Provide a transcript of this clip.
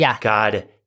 God